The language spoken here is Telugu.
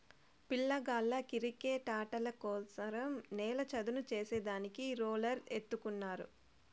పిల్లగాళ్ళ కిరికెట్టాటల కోసరం నేల చదును చేసే దానికి రోలర్ ఎత్తుకున్నారు